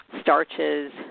starches